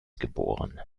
geboren